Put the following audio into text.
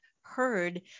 heard